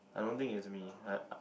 I don't think it's me I